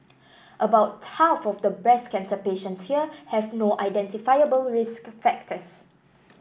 about half of the breast cancer patients here have no identifiable risk factors